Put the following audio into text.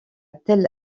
tel